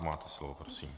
Máte slovo, prosím.